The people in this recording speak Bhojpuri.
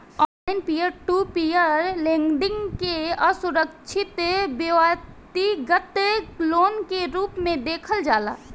online peer to peer lending के असुरक्षित व्यतिगत लोन के रूप में देखल जाला